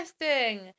Interesting